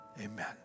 amen